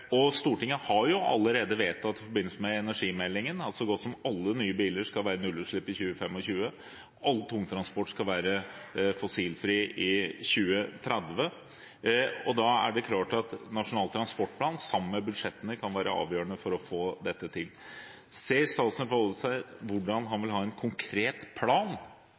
godt som alle nye biler skal ha nullutslipp i 2020, all tungtransport skal være fossilfri i 2030. Da er det klart at Nasjonal transportplan, sammen med budsjettene, kan være avgjørende for å få dette til. Ser statsråden for seg hvordan han vil ha en konkret plan